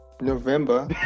November